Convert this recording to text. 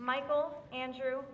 michael andrew